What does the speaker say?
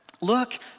look